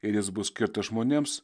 ir jis bus skirtas žmonėms